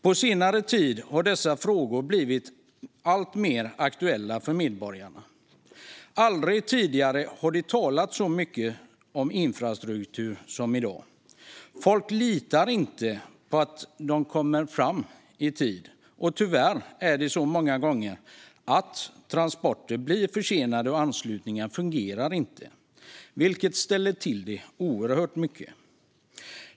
På senare tid har dessa frågor blivit alltmer aktuella för medborgarna. Aldrig tidigare har det talats så mycket om infrastruktur som i dag. Folk litar inte på att de kommer fram i tid. Tyvärr är det många gånger så att transporter blir försenade och anslutningar inte fungerar, vilket ställer till det oerhört mycket.